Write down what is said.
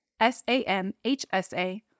SAMHSA